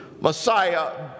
Messiah